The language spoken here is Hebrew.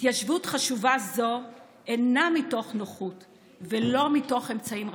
התיישבות חשובה זו אינה מתוך נוחות ולא מתוך אמצעים רבים,